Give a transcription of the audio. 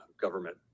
government